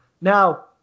Now